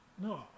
No